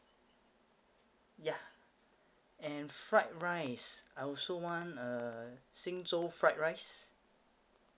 yeah and fried rice I will also want uh xing zhou fried rice